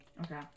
Okay